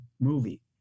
movie